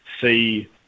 see